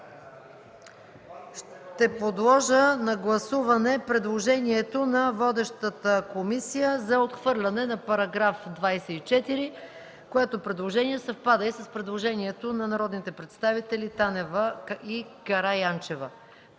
Ще подложа на гласуване предложението на водещата комисия за отхвърляне на § 24, което предложение съвпада и с предложението на народните представители Танева и Караянчева.